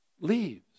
leaves